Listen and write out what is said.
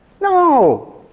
No